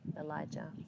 Elijah